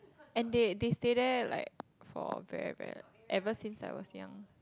and they they stay there like for very very ever since when I was young